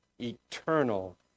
Eternal